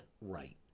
right